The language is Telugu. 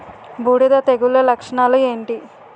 బూడిద తెగుల లక్షణాలు ఏంటి?